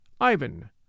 Ivan